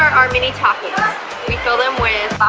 are many popular we fill them with